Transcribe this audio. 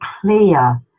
clear